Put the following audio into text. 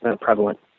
prevalent